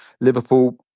Liverpool